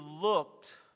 looked